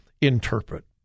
interpret